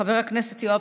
חבר הכנסת יואב